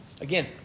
Again